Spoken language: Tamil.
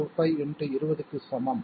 0025 x 20 க்கு சமம்